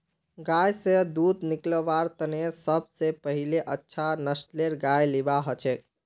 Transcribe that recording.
गाय स दूध निकलव्वार तने सब स पहिले अच्छा नस्लेर गाय लिबा हछेक